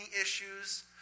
issues